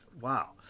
wow